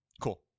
cool